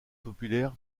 populaire